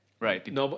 Right